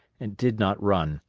and did not run.